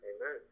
Amen